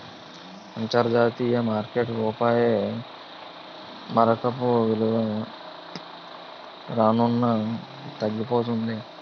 అంతర్జాతీయ మార్కెట్లో రూపాయి మారకపు విలువ రాను రానూ తగ్గిపోతన్నాది